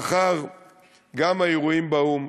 גם לאחר האירועים באו"ם,